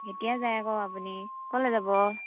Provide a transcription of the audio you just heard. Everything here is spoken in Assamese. কেতিয়া যায় আকৌ আপুনি ক'লৈ যাব